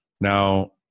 Now